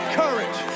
courage